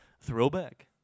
throwback